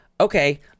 Okay